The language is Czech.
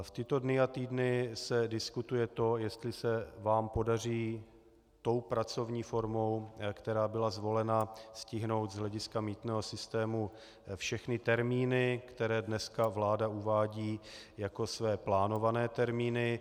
V tyto dny a týdny se diskutuje to, jestli se vám podaří tou pracovní formou, která byla zvolena, stihnout z hlediska mýtného systému všechny termíny, které dneska vláda uvádí jako své plánované termíny.